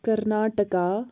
Karnataka